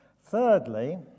Thirdly